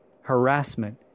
harassment